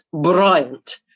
bryant